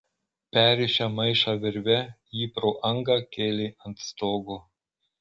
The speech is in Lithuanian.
perrišę maišą virve jį pro angą kėlė ant stogo